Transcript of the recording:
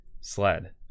sled